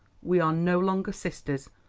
we are no longer sisters.